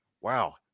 Wow